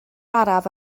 araf